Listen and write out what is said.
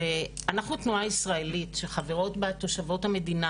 אנחנו תנועה ישראלית שחברות בה תושבות המדינה